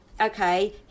Okay